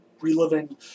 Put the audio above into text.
reliving